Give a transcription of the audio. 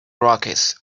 rockies